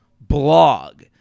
blog